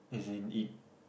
as in it